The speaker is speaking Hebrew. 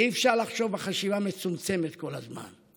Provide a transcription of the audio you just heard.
אי-אפשר לחשוב בחשיבה מצומצמת כל הזמן.